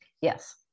Yes